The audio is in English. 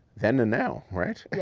then and now, right? yes.